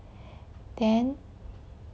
then